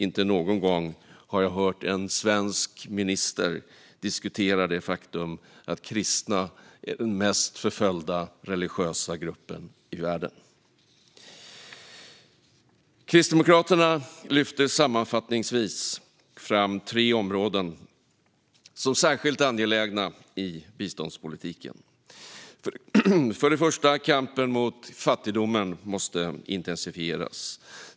Inte någon gång har jag hört en svensk minister diskutera det faktum att kristna är den mest förföljda religiösa gruppen i världen. Kristdemokraterna lyfter sammanfattningsvis fram tre områden som särskilt angelägna i biståndspolitiken. För det första måste kampen mot fattigdomen intensifieras.